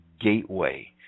gateway